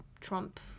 Trump